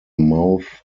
mouth